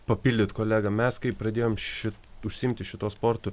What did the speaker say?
papildyt kolegą mes kai pradėjom ši užsiimti šituo sportu